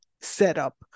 setup